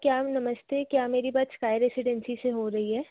क्या नमस्ते क्या मेरी बात स्काई रेसीडेंसी से हो रही है